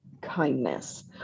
kindness